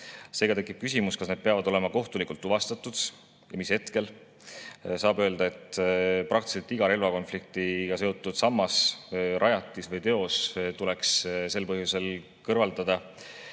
Seega tekib küsimus, kas need peavad olema kohtulikult tuvastatud ja mis hetkel saab öelda, et praktiliselt iga relvakonfliktiga seotud sammas, rajatis või teos tuleks sel põhjusel kõrvaldada.